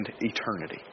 eternity